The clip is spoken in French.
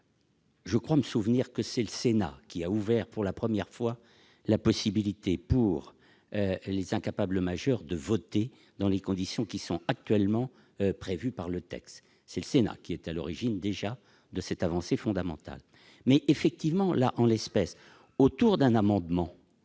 je crois me souvenir que c'est le Sénat qui a ouvert pour la première fois la possibilité pour les incapables majeurs de voter dans les conditions qui sont actuellement prévues par le droit. C'est la Haute Assemblée qui était à l'origine, déjà, de cette avancée fondamentale. Pour autant, en l'espèce, par le biais d'un amendement,